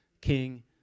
king